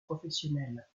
professionnel